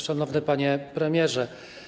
Szanowny Panie Premierze!